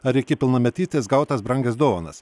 ar iki pilnametystės gautas brangias dovanas